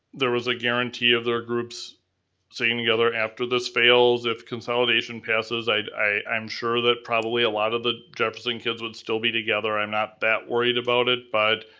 there is a guarantee of their groups staying together after this fails, if consolidation passes, i'm sure that probably a lot of the jefferson kids would still be together, i'm not that worried about it, but,